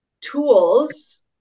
tools